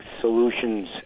Solutions